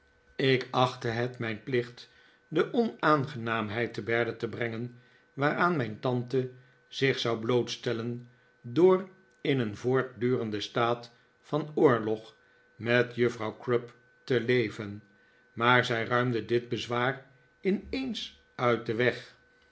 ik achtte het mijn plicht de onaangenaamheid te berde te brengen waaraan mijn tante zich zou blootstellen door in een voortdurenden staat van oorlog met juffrouw crupp te leven maar zij ruimde dit bezwaar ineens uit den weg